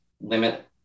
limit